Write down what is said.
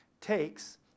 takes